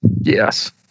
Yes